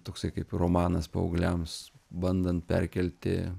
toksai kaip romanas paaugliams bandant perkelti